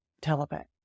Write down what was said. telepath